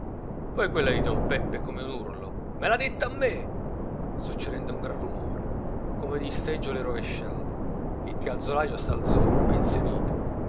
poi quella di don peppe come un urlo me l'ha ditto a me succedette un gran romore come di seggiole rovesciate il calzolaio s'alzò impensierito